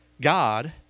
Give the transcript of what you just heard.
God